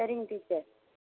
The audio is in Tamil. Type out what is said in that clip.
சரிங்க டீச்சர்